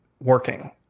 working